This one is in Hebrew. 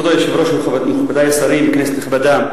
כבוד היושב-ראש, מכובדי השרים, כנסת נכבדה,